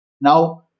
Now